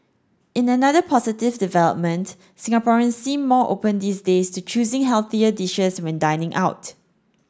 in another positive development Singaporeans seem more open these days to choosing healthier dishes when dining out